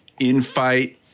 infight